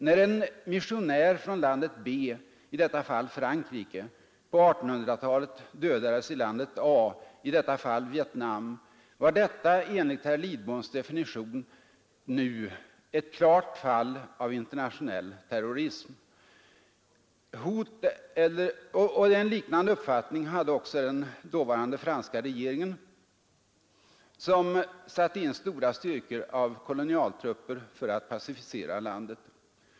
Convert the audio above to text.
När en missionär från landet B, i detta fall Frankrike, på 1800-talet dödades i landet A, i detta fall Vietnam, var detta enligt herr Lidboms definition nu ett klart fall av internationell terrorism. En liknande uppfattning hade också den dåvarande franska regeringen som satte in stora styrkor av kolonialtrupper för att pacificera landet.